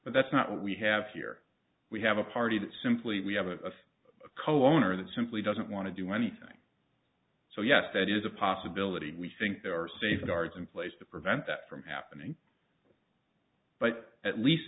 but that's not what we have here we have a party that simply we have a co owners that simply doesn't want to do anything so yes that is a possibility we think there are safeguards in place to prevent that from happening but at least